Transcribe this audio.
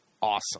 awesome